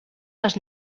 les